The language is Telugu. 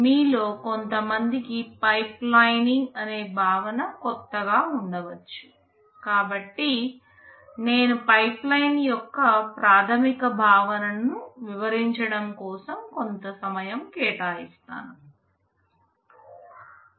మీలో కొంతమందికి పైప్లైనింగ్ అనే భావన కొత్తగా ఉండవచ్చు కాబట్టి నేను పైప్లైన్ యొక్క ప్రాథమిక భావనను వివరించడం కోసం కొంత సమయం కేటాయిస్తాను